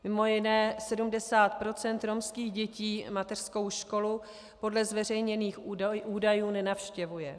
Mimo jiné 70 % romských dětí mateřskou školu podle zveřejněných údajů nenavštěvuje.